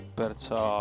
perciò